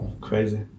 crazy